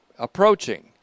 Approaching